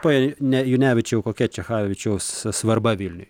pone junevičiau kokia čechavičiaus svarba vilniui